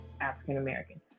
African-American